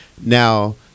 Now